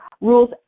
rules